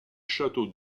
châteaux